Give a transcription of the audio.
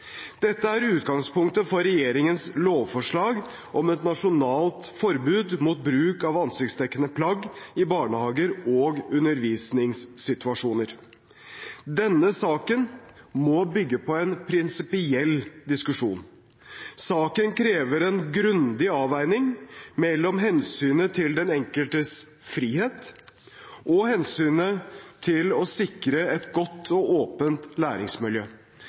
Dette er utgangspunktet for regjeringens lovforslag om et nasjonalt forbud mot bruk av ansiktsdekkede plagg i barnehager og undervisningssituasjoner. Denne saken må bygge på en prinsipiell diskusjon. Saken krever en grundig avveining mellom hensynet til den enkeltes frihet og hensynet til å sikre et godt og åpent læringsmiljø.